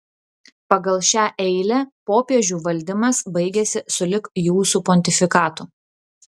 pagal šią eilę popiežių valdymas baigiasi sulig jūsų pontifikatu